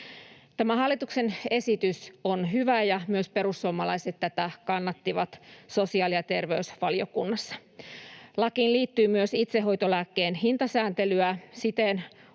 Tämä hallituksen esitys on hyvä, ja myös perussuomalaiset tätä kannattivat sosiaali- ja terveysvaliokunnassa. Lakiin liittyy myös itsehoitolääkkeen hintasääntelyä: